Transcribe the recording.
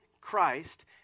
Christ